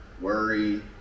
worry